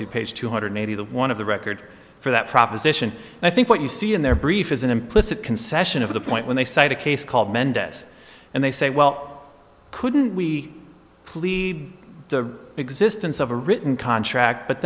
to page two hundred eighty one of the record for that proposition i think what you see in their brief is an implicit concession of the point when they cite a case called mendez and they say well couldn't we plead the existence of a written contract but